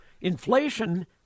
Inflation